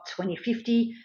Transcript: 2050